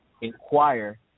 inquire